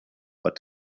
but